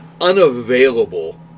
unavailable